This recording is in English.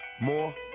More